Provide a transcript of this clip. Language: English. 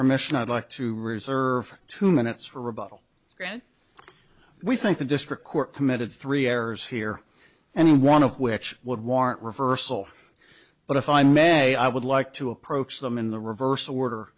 permission i'd like to reserve two minutes for rebuttal ground we think the district court committed three errors here and one of which would warrant reversal but if i may i would like to approach them in the reverse